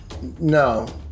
no